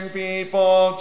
people